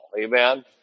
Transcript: Amen